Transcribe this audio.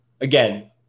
Again